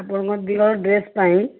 ଆପଣଙ୍କ ଦୁଇହଳ ଡ୍ରେସ୍ ପାଇଁ